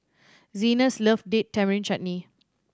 Zenas loves Date Tamarind Chutney